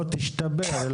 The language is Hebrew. לא תשתפר,